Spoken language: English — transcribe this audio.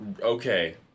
Okay